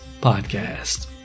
podcast